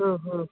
ಹ್ಞೂ ಹ್ಞೂ